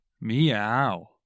Meow